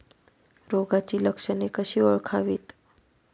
रोगाची लक्षणे कशी ओळखावीत?